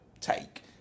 take